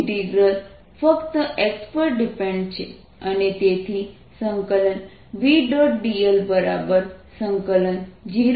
dlVy∂x Vx∂ydxdy integral ફક્ત x પર depend છે અને તેથી V